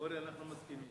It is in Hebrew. אורי, אנחנו מסכימים.